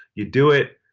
you do it.